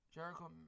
Jericho